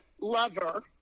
lover—